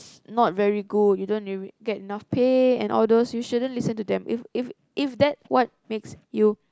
not very good you don't get enough pay and all those you shouldn't listen to them if if if that's what makes you